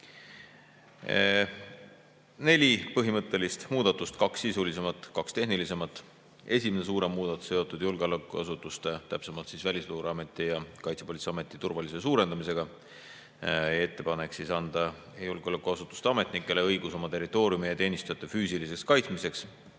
neli põhimõttelist muudatust, kaks sisulisemat, kaks tehnilisemat. Esimene suurem muudatus on seotud julgeolekuasutuste, täpsemalt Välisluureameti ja Kaitsepolitseiameti turvalisuse suurendamisega. Ettepanek on anda julgeolekuasutuste ametnikele õigus oma territooriumi ja teenistujate füüsiliseks kaitsmiseks,